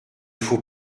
faut